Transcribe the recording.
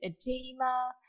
edema